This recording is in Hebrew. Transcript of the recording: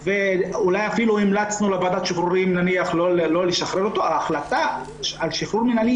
ישתחררו אפילו לא לכל השליש אלא לחלק מהשליש,